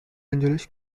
angeles